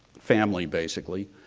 family, basically.